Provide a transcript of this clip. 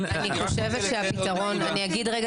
אני חושבת שהפתרון, אני אגיד רגע.